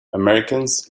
americans